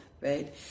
right